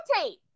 rotate